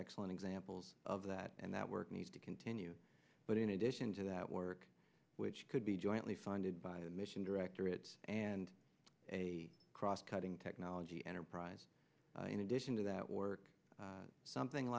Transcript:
excellent examples of that and that work needs to continue but in addition to that work which could be jointly funded by a mission directorate and a cross cutting technology enterprise in addition to that work something